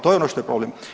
To je ono što je problem.